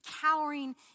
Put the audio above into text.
cowering